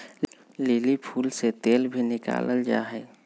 lily फूल से तेल भी निकाला जाहई